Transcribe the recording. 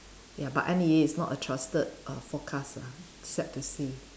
ya but N_E_A is not a trusted err forecast ah sad to see